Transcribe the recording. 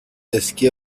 اسکی